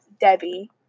Debbie